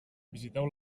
visiteu